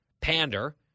pander